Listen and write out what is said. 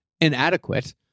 inadequate